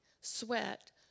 sweat